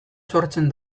sortzen